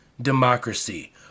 democracy